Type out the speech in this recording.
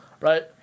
right